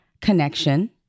connection